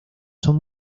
son